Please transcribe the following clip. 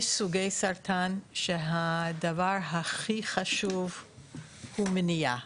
יש סוגי סרטן שהדבר הכי חשוב הוא מניעה,